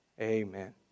Amen